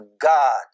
God